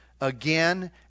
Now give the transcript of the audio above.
again